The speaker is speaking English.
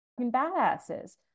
badasses